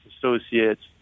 associates